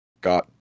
got